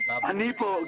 נמוך.